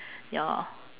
ya